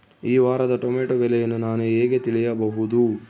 ಈ ವಾರದ ಟೊಮೆಟೊ ಬೆಲೆಯನ್ನು ನಾನು ಹೇಗೆ ತಿಳಿಯಬಹುದು?